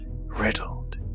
riddled